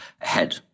ahead